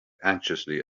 anxiously